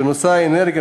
שנושא האנרגיה,